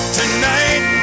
tonight